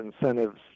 incentives